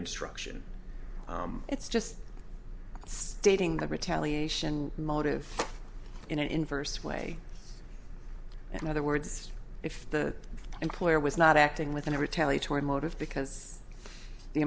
instruction it's just stating the retaliation motive in an inverse way and other words if the employer was not acting within a retaliatory motive because the